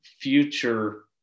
future